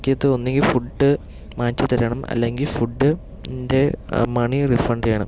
എനിക്ക് ഒന്നുങ്കിൽ ഫുഡ് മാറ്റി തരണം അല്ലെങ്കിൽ ഫുഡിൻ്റെ മണി റീഫണ്ട് ചെയ്യണം